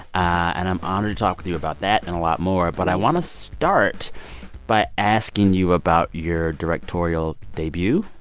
and i'm honored to talk with you about that and a lot more please but i want to start by asking you about your directorial debut.